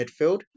midfield